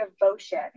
devotion